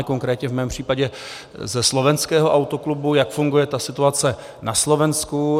Konkrétně v mém případě ze slovenského Autoklubu, jak funguje ta situace na Slovensku.